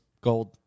Gold